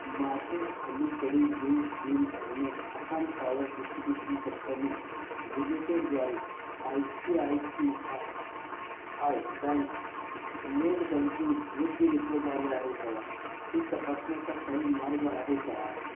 माझे अलीकडील वीज बिल भरणे आसाम पावर डिस्ट्रीब्युशन कंपनी लिमिटेडद्वारे आय सी आय सी आ आय बँक नेट बँकिंग योग्यरीत्या झाले आहे का हे तपासण्याचा काही मार्ग आहे का